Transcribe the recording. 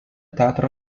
teatro